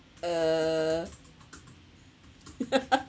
err